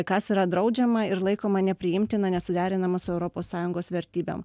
kas yra draudžiama ir laikoma nepriimtina nesuderinama su europos sąjungos vertybėm